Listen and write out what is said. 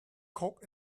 code